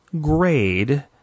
grade